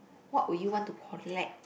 what would you want to collect